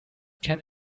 can